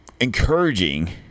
encouraging